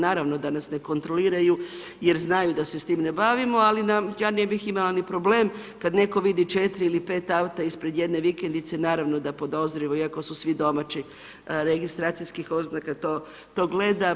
Naravno da nas ne kontroliraju jer znaju da se s tim ne bavimo, ali ja ne bih imala ni problem kad netko vidi 4 ili 5 auta ispred jedne vikendice, naravno da podozrivo iako su svi domaći registracijskih oznaka to gleda.